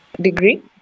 degree